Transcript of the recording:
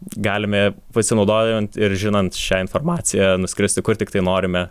galime pasinaudojant ir žinant šią informaciją nuskristi kur tiktai norime